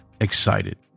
excited